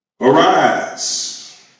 Arise